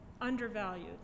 undervalued